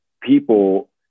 people